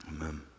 amen